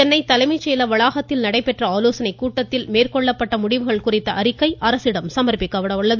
சென்னை தலைமை செயலக வளாகத்தில் நடைபெற்ற ஆலோசனைக் கூட்டத்தில் மேற்கொள்ளப்படும் முடிவுகள் குறித்த அறிக்கை அரசிடம் சமா்ப்பிக்கப்பட உள்ளது